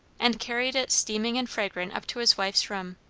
and carried it steaming and fragrant up to his wife's room.